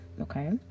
okay